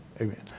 Amen